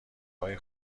های